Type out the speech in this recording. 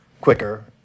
quicker